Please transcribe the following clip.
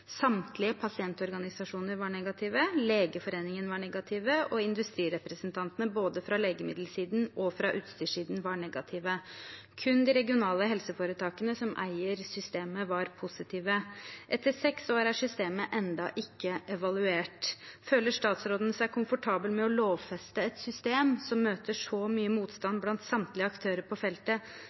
Samtlige pasientorganisasjoner var negative, Legeforeningen var negativ og industrirepresentantene både fra legemiddelsiden og fra utstyrssiden var negative. Kun de regionale helseforetakene, som eier systemet, var positive. Etter seks år er systemet ennå ikke evaluert. Føler statsråden seg komfortabel med å lovfeste et system som møter så mye motstand blant samtlige aktører på feltet,